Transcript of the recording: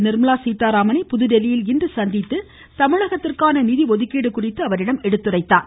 நிர்மலா சீதாராமனை புதுதில்லியில் இன்று சந்தித்து தமிழகத்திற்கான நிதி ஒதுக்கீடு குறித்து அவரிடம் எடுத்துரைத்தார்